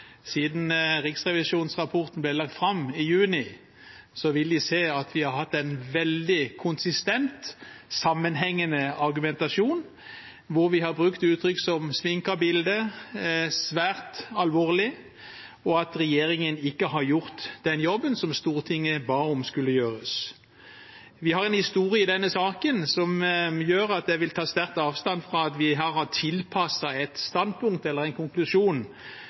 siden Riksrevisjonens rapport ble lagt fram i juni, vil de se at vi har hatt en veldig konsistent, sammenhengende argumentasjon, hvor vi har brukt uttrykk som «sminket bilde», «svært alvorlig» og at regjeringen ikke har gjort den jobben som Stortinget ba om skulle gjøres. Vi har en historie i denne saken som gjør at jeg vil ta sterkt avstand fra at vi har tilpasset et standpunkt eller en konklusjon